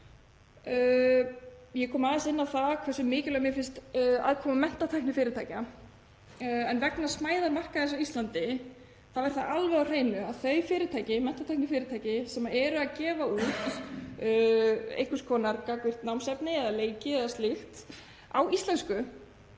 Ég kom aðeins inn á það hversu mikilvæg mér finnst aðkoma menntatæknifyrirtækja en vegna smæðar markaðarins á Íslandi þá er það alveg á hreinu að þau menntatæknifyrirtæki sem eru að gefa út einhvers konar gagnvirkt námsefni eða leiki eða slíkt á íslensku